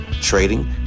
Trading